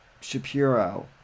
Shapiro